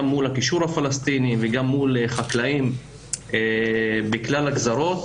גם מול הקישור הפלסטיני וגם מול החקלאים בכלל הגזרות,